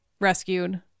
rescued